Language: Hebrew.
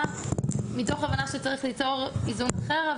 מתוך ההבנה שצריך ליצור איזון אחר.